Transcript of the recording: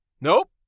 Nope